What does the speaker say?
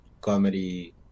comedy